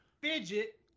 Fidget